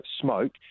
smoke